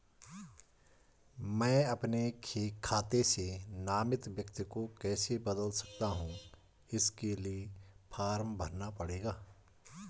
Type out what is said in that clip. मैं अपने खाते से नामित व्यक्ति को कैसे बदल सकता हूँ इसके लिए फॉर्म भरना पड़ेगा?